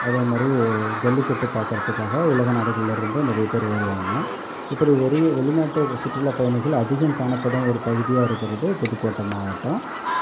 அதேமாதிரி ஜல்லிக்கட்டு பார்க்கறதுக்காக உலக நாடுகளிலேருந்து நிறைய பேர் வருவாங்க இப்படி வெறிய வெளிநாட்டு சுற்றுலாப் பயணிகள் அதிகம் காணப்படும் ஒரு பகுதியாக இருக்கிறது புதுக்கோட்டை மாவட்டம்